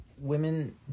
women